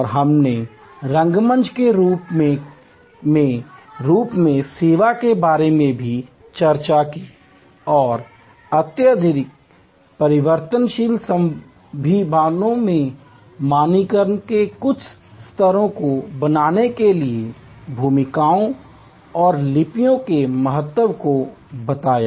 और हमने रंगमंच के रूपक के रूप में सेवा के बारे में भी चर्चा की और अत्यधिक परिवर्तनशील संभावनाओं में मानकीकरण के कुछ स्तरों को बनाने के लिए भूमिकाओं और लिपियों के महत्व को बताया